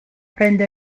prende